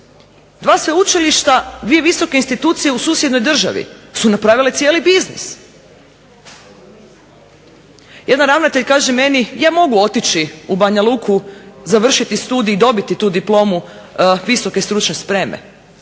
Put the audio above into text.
Dva sveučilišta, dvije visoke institucije u susjednoj državi su napravile cijeli biznis. Jedan ravnatelj kaže meni ja mogu otići u Banja Luku, završiti studij i dobiti tu diplomu VSS-a, ali ja neću